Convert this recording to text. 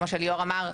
כמו שליאור אמר,